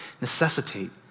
necessitate